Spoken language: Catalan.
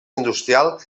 industrial